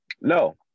No